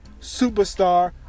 superstar